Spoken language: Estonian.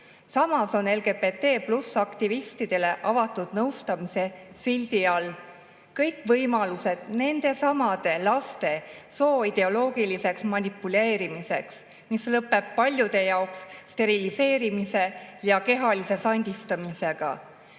Samas on LGBT+-aktivistidele avatud nõustamise sildi all kõik võimalused nendesamade laste sooideoloogiliseks manipuleerimiseks, mis lõpeb paljude jaoks steriliseerimise ja kehalise sandistamisega.